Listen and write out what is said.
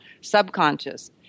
subconscious